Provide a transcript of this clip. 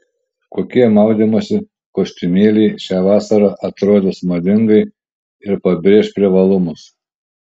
kokie maudymosi kostiumėliai šią vasarą atrodys madingai ir pabrėš privalumus